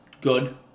good